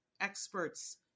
experts